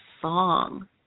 song